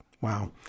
Wow